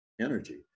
energy